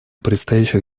предстоящих